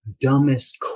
dumbest